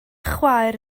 chwaer